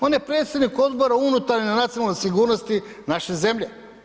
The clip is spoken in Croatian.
On je predsjednik Odbora unutarnje nacionalne sigurnosti naše zemlje.